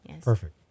Perfect